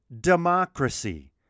democracy